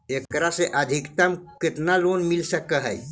एकरा से अधिकतम केतना लोन मिल सक हइ?